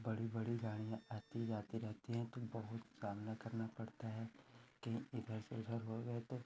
बड़ी बड़ी गाड़ियाँ आती जाती रहती हैं तो बहुत सामना करना पड़ता है कि इधर से उधर हो गए तो